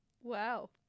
Wow